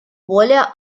более